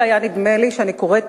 ולרגע היה נדמה לי שאני אכן קוראת